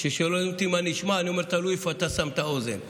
כששואלים אותי מה נשמע אני אומר: תלוי איפה אתה שם את האוזן.